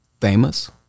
famous